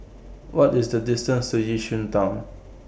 What IS The distance to Yishun Town